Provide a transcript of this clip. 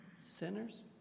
sinners